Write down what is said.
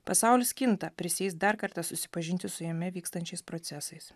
pasaulis kinta prisieis dar kartą susipažinti su jame vykstančiais procesais